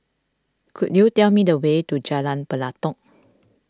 could you tell me the way to Jalan Pelatok